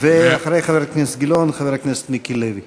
אחרי חבר הכנסת גילאון, חבר הכנסת מיקי לוי.